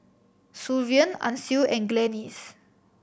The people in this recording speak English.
Sullivan Ancil and Glennis